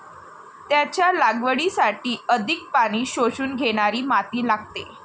त्याच्या लागवडीसाठी अधिक पाणी शोषून घेणारी माती लागते